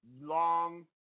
long